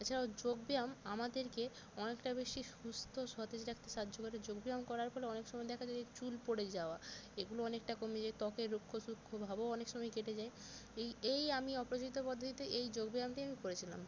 এছাড়াও যোগ ব্যায়াম আমাদেরকে অনেকটাই বেশি সুস্থ সতেজ রাকতে সাহায্য করে যোগ ব্যায়াম করার ফলে অনেক সময় দেখা যায় যে চুল পড়ে যাওয়া এগুলো অনেকটা কমে যায় ত্বকের রুক্ষ শুক্ষভাবও অনেক সময় কেটে যায় এই এই আমি অপ্রচলিত পদ্ধতিতে এই যোগ ব্যায়ামটি আমি করেছিলাম